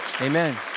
Amen